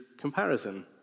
comparison